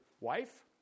wife